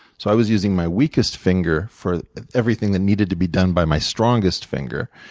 so i was using my weakest finger for everything that needed to be done by my strongest finger.